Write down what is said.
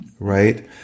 Right